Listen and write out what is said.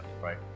Right